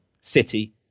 city